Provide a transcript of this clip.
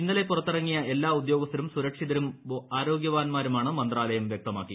ഇന്നലെ പുറത്തിറങ്ങിയ എല്ലാ ഉദ്യോഗസ്ഥരും സുരക്ഷിതരും ആരോഗ്യവാൻമാരുമാണെന്ന് മന്ത്രാലയം വ്യക്തമാക്കി